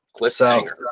Cliffhanger